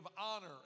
honor